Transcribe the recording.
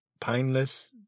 pineless